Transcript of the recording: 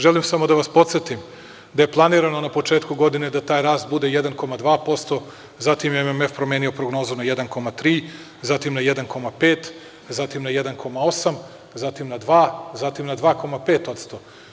Želim samo da vas podsetim da je planirano na početku godine da taj rast bude 1,2%, zatim je MMF promenio prognozu na 1,3, zatim na 1,5, zatim na 1,8, zatim na 2, zatim na 2,5%